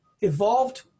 evolved